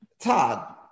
Todd